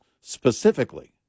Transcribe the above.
specifically